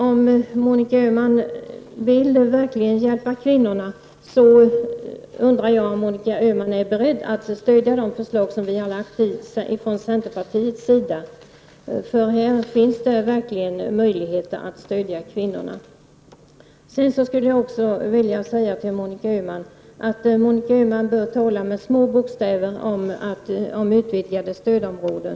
Om Monica Öhman verkligen vill hjälpa kvinnorna, är hon beredd att stödja de förslag som vi har lagt från centerpartiets sida? Här finns det verkligen möjligheter att stödja kvinnorna. Monica Öhman bör tala med små bokstäver om utvidgning av stödområden.